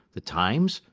the times,